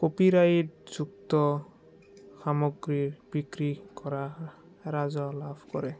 কপিৰাইটযুক্ত সামগ্ৰীৰ বিক্ৰী কৰা ৰাজহ লাভ কৰে